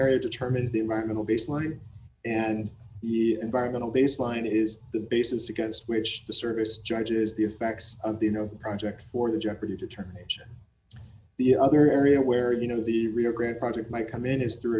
area determines the environmental baseline and the environmental baseline is the basis against which the service charges the effects of the you know project for the jeopardy determination the other area where you know the real grant project might come in is through